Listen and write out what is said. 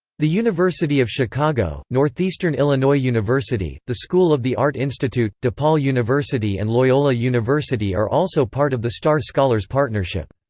the university of chicago, northeastern illinois university, the school of the art institute, depaul university and loyola university are also part of the star scholars partnership.